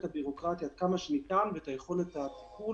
הבירוקרטיה עד כמה שניתן ומקדם את יכולת הטיפול